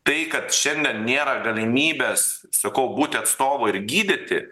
tai kad šiandien nėra galimybės sakau būti atstovu ir gydyti